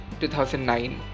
2009